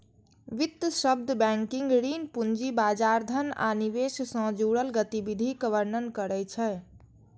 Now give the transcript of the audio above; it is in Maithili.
वित्त शब्द बैंकिंग, ऋण, पूंजी बाजार, धन आ निवेश सं जुड़ल गतिविधिक वर्णन करै छै